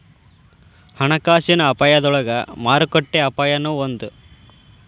ಹಣಕಾಸಿನ ಅಪಾಯದೊಳಗ ಮಾರುಕಟ್ಟೆ ಅಪಾಯನೂ ಒಂದ್